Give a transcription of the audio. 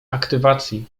aktywacji